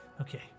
Okay